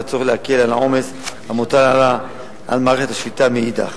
והצורך להקל על העומס המוטל על מערכת השפיטה מאידך,